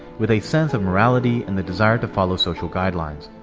with a sense of morality and the desire to follow social guidelines.